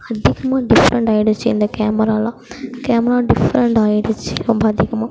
அதிகமாக டிஃப்ரெண்ட் ஆகிடுச்சு இந்த கேமராலாம் கேமரா டிஃப்ரெண்ட் ஆகிடுச்சு ரொம்ப அதிகமாக